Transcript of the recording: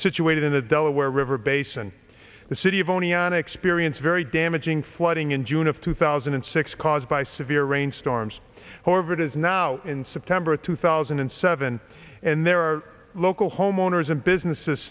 situated in the delaware river basin the city of oneone experience very damaging flooding in june of two thousand and six caused by severe rainstorms however it is now in september two thousand and seven and there are local homeowners and businesses